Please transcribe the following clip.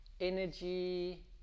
energy